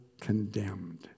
condemned